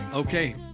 Okay